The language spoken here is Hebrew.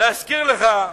להזכיר לך,